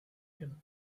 him